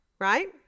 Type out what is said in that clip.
Right